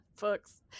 books